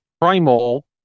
Primal